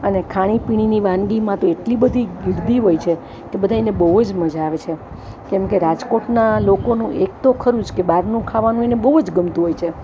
અને ખાણી પીણીની વાનગીમાં તો એટલી બધી ગીરદી હોય છે કે બધાયને બહુ જ મજા આવે છે કેમકે રાજકોટનાં લોકોનો એકતો ખરું જ કે બહારનું ખાવાનું એને બહુ જ ગમતું હોય છે